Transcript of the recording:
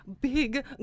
big